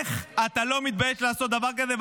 איך אתה לא מתבייש לעשות דבר כזה?